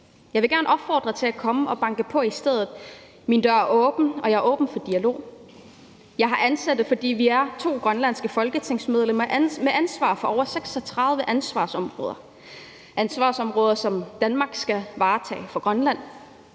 Jeg vil gerne opfordre til at komme og banke på i stedet. Min dør er åben, og jeg er åben for dialog. Jeg har ansatte, fordi vi er to grønlandske folketingsmedlemmer med ansvar for over 36 ansvarsområder – ansvarsområder, som Danmark skal varetage for Grønland.